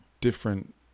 different